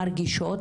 מרגישות,